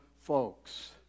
folks